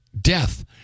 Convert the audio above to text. death